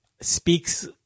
speaks